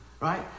Right